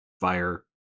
fire